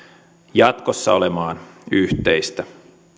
jatkossa olemaan yhteistä